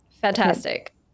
Fantastic